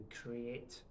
create